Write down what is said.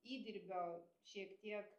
įdirbio šiek tiek